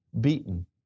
beaten